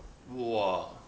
!wah!